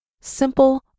simple